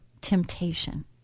temptation